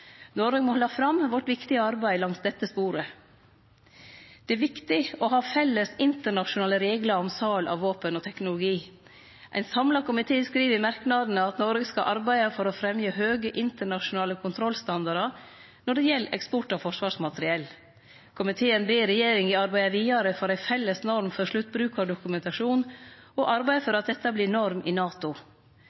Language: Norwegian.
Noreg må halde fram sitt viktige arbeid langs dette sporet. Det er viktig å ha felles internasjonale reglar om sal av våpen og teknologi. Ein samla komité skriv i merknadane at Noreg skal arbeide for å fremje høge internasjonale kontrollstandardar når det gjeld eksport av forsvarsmateriell. Komiteen ber regjeringa arbeide vidare for ei felles norm for sluttbrukardokumentasjon og arbeide for at dette vert norm i NATO.